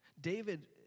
David